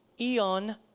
Eon